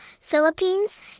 Philippines